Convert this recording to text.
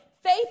faith